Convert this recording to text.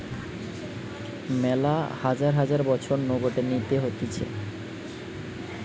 মেলা হাজার হাজার বছর নু গটে নীতি হতিছে